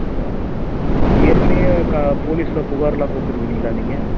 ஏற்கனயே க போலீஸில் புகார்லாம் கொடுத்துருக்கிறீங்களா நீங்கள்